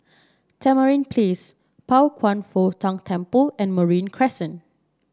Tamarind Place Pao Kwan Foh Tang Temple and Marine Crescent